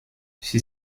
she